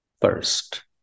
first